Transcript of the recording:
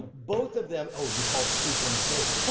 both of them, oh you call it the crucial mistake.